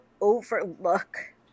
overlook